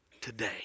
today